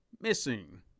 missing